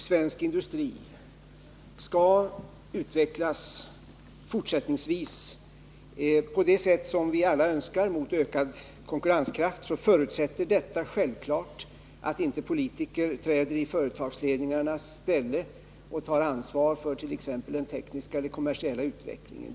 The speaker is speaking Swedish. Förutsättningen för att svensk industri skall, på det sätt som vi alla önskar, utvecklas fortsättningsvis mot ökad konkurrenskraft är att politiker inte träder i företagsledningarnas ställe och tar ansvar för t.ex. den tekniska eller kommersiella utvecklingen.